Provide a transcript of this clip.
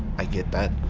i get that,